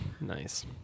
Nice